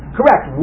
Correct